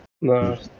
No